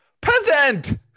Peasant